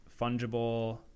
fungible